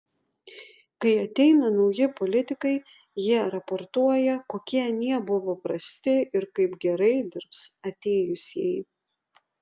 kai ateina nauji politikai jie raportuoja kokie anie buvo prasti ir kaip gerai dirbs atėjusieji